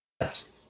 Yes